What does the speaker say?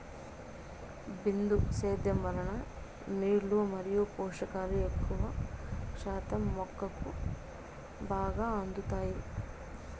బిందు సేద్యం వలన నీళ్ళు మరియు పోషకాలు ఎక్కువ శాతం మొక్కకు బాగా అందుతాయి